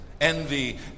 Envy